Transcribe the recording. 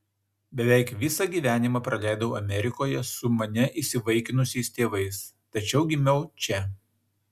beveik visą gyvenimą praleidau amerikoje su mane įsivaikinusiais tėvais tačiau gimiau čia